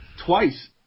twice